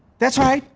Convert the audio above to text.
that's right!